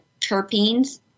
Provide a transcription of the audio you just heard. terpenes